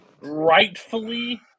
rightfully